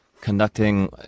conducting